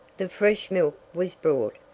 the fresh milk was brought,